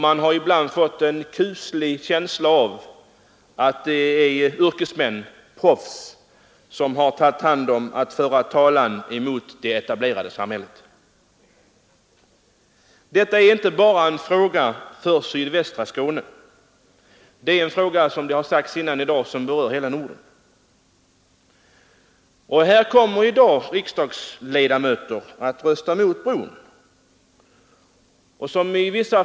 Man har ibland fått en kuslig känsla av att det är yrkesmän, proffs, som åtagit sig att föra talan mot det etablerade samhället. Detta är inte bara en fråga för sydvästra Skåne. Som sagts tidigare i dag är det en fråga som berör hela Norden. En del riksdagsledamöter kommer i dag att rösta emot förslaget om en bro.